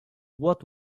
what